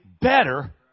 better